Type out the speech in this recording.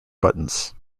buttons